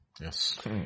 Yes